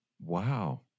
Wow